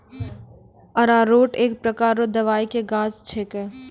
अरारोट एक प्रकार रो दवाइ के गाछ छिके